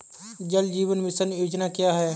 जल जीवन मिशन योजना क्या है?